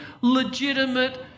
legitimate